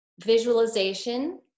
visualization